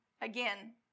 again